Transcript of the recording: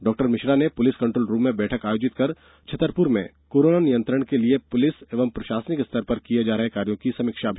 डॉ मिश्रा ने police control room में आयोजित बैठक में छतरपुर में कोरोना नियंत्रण के लिए पुलिस एवं प्रशासनिक स्तर पर किये जा रहे कार्यों की समीक्षा की